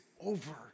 over